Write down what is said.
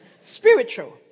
spiritual